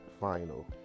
final